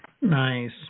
Nice